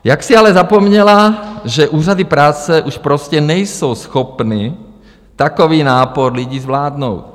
Jaksi ale zapomněla, že úřady práce už prostě nejsou schopny takový nápor lidí zvládnout.